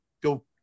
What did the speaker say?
go